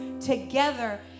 together